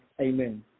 Amen